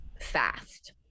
fast